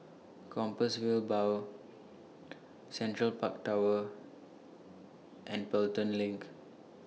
Compassvale Bow Central Park Tower and Pelton LINK